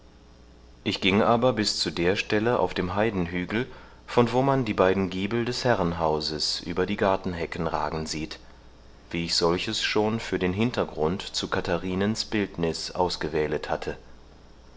ich ging aber bis zu der stelle auf dem heidenhügel von wo man die beiden giebel des herrenhauses über die gartenhecken ragen sieht wie ich solches schon für den hintergrund zu katharinens bildniß ausgewählet hatte